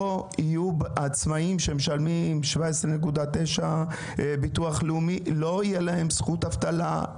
שלעצמאים שמשלמים 17.9% ביטוח לאומי לא תהיה זכות אבטלה,